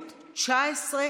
שלח,